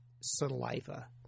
saliva